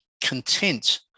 content